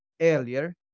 earlier